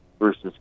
versus